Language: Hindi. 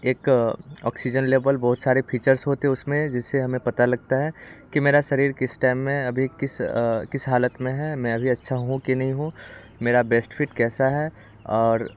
एक ऑक्सीजन लेबल बहुत सारे फीचर्स होते है उसमें जिससे हमें पता लगता है कि मेरा शरीर किस टाइम में अभी किस किस हालत में है मैं भी अच्छा हूँ कि नहीं हूँ मेरा बेस्ट फिट कैसा है और